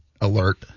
alert